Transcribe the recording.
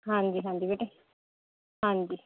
ਹਾਂਜੀ ਹਾਂਜੀ ਬੇਟੇ ਹਾਂਜੀ